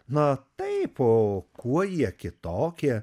na taip o kuo jie kitokie